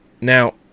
Now